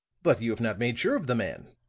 but you have not made sure of the man.